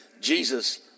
Jesus